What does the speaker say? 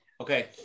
Okay